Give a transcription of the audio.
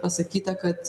pasakyta kad